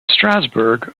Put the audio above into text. strasbourg